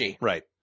Right